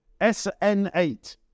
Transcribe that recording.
SN8